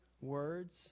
words